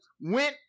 went